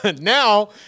Now